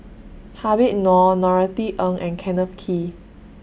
Habib Noh Norothy Ng and Kenneth Kee